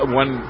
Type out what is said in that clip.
one